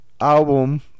Album